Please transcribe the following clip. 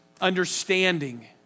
understanding